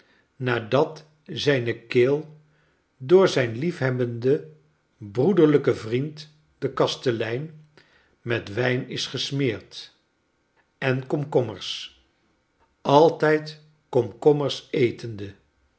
nadat zijne keel door zijn liefhebbenden broederlijken vriend den kastelein met wijn is gesmeerd en komkommers altijd komkommers etende